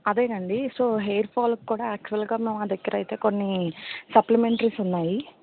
అదే అండి so hair ఫాల్కి కూడా యాక్చువల్గా మా దగ్గర అయితే కొన్ని సప్లమెంటరీస్ ఉన్నాయి